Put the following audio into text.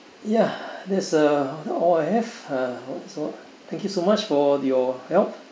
ya that's uh all I have uh so thank you so much for your help